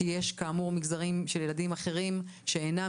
כי יש כאמור מגזרים של ילדים אחרים שאינם